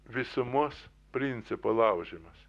visumos principo laužymas